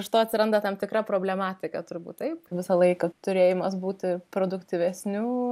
iš to atsiranda tam tikra problematika turbūt taip visą laiką turėjimas būti produktyvesniu